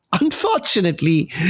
Unfortunately